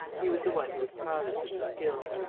he was the one who was proudest of his skill.